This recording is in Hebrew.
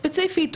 ספציפית,